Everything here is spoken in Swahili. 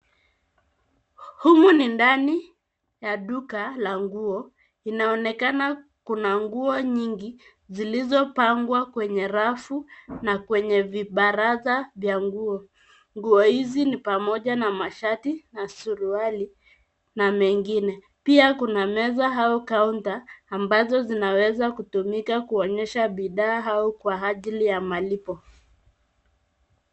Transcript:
Humu ni ndani ya duka la nguo. Inaoonekana kuna nguo nyingi zilizopangwa kwenye rafu na kwenye vibaraza vya nguo. Nguo hizi ni pamoja na mashati na suruali na mengine. Pia kuna meza au kaunta ambazo zinaweza kutumika kuonyesha bidhaa au kwa ajili ya malipo.